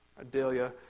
Adelia